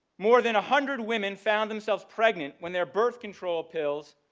more than a hundred women found themselves pregnant when their birth control pills